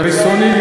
ברצוני,